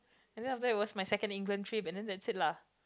and then after that it was my second England trip and then that's it lah